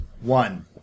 One